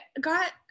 got